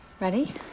Ready